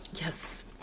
Yes